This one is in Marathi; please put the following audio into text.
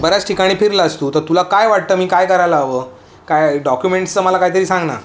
बऱ्याच ठिकाणी फिरलं असतो तर तुला काय वाटतं मी काय करायला हवं काय डॉक्युमेंट्सचं मला काय तरी सांगणार